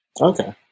Okay